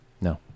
No